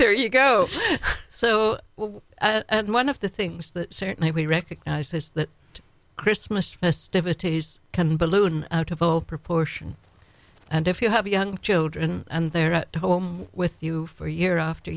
there you go so one of the things that certainly recognizes that christmas festivities can balloon out of all proportion and if you have young children and they're at home with you for year after